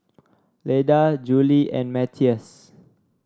Leda Julie and Matthias